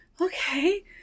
okay